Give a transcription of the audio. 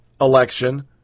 election